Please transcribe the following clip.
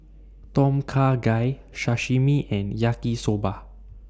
Tom Kha Gai Sashimi and Yaki Soba